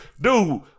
Dude